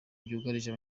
byugarije